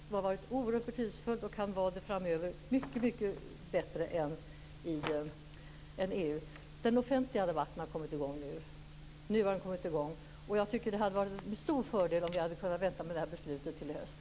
Det har varit oerhört betydelsefullt och kan vara det framöver på ett mycket, mycket bättre sätt än EU. Den offentliga debatten har kommit i gång nu. Jag tycker att det hade varit en stor fördel om vi hade kunnat vänta med det här beslutet till i höst.